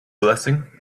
blessing